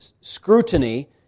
scrutiny